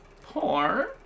Porn